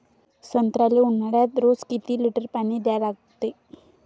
संत्र्याले ऊन्हाळ्यात रोज किती लीटर पानी द्या लागते?